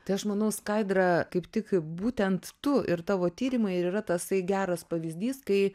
tai aš manau skaidra kaip tik būtent tu ir tavo tyrimai ir yra tasai geras pavyzdys kai